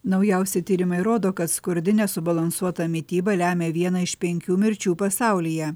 naujausi tyrimai rodo kad skurdi nesubalansuota mityba lemia vieną iš penkių mirčių pasaulyje